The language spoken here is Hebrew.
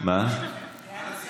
לוועדת כספים.